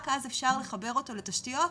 רק אז אפשר לחבר אותו לתשתיות,